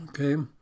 Okay